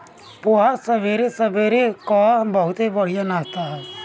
पोहा सबेरे सबेरे कअ बहुते बढ़िया नाश्ता हवे